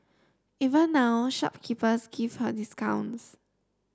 even now shopkeepers give her discounts